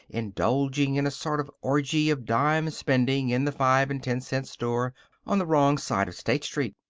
indulging in a sort of orgy of dime spending in the five-and-ten-cent store on the wrong side of state street.